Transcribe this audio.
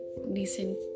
recent